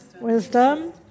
Wisdom